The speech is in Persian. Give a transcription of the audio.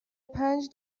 پنج